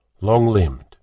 Long-limbed